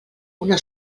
una